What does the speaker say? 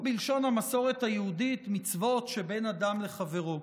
או בלשון המסורת היהודית "מצוות שבין אדם לחברו".